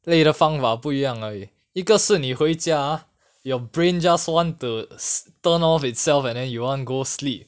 累得方脑不一样 eh 一个是你回家 your brain just want to si~ turn off itself and then you want go sleep